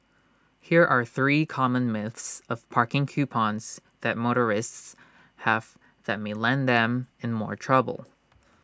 here are three common myths of parking coupons that motorists have that may land them in more trouble